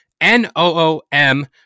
N-O-O-M